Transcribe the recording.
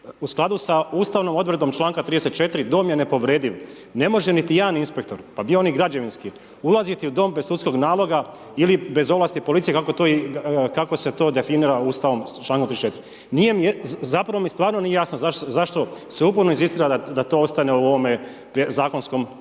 u skladu sa ustavnom odredbom čl. 34. dom je nepovrediv, ne može niti jedan inspektor, pa bio on i građevinski ulaziti u dom bez sudskog naloga ili bez ovlasti policije kako se to definira Ustavom s čl. 34. Nije mi, zapravo mi stvarno nije jasno, zašto se uporno inzistira da to ostane u ovome zakonskom